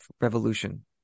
Revolution